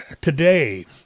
today